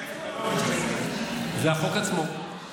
בפתח דבריי אני